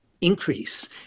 increase